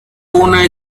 una